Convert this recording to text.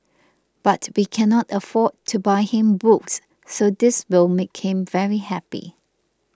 but we cannot afford to buy him books so this will make him very happy